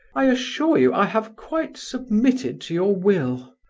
i assure you i have quite submitted to your will.